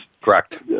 correct